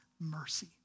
mercy